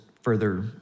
further